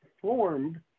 formed